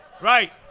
Right